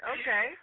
Okay